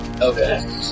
Okay